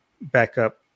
backup